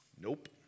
Nope